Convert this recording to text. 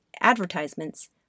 advertisements